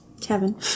Kevin